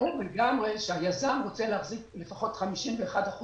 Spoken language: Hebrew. ברור לגמרי שהיזם ירצה להחזיק לפחות 51%,